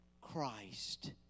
Christ